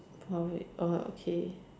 porridge oh okay